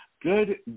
Good